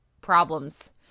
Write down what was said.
problems